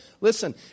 listen